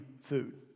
food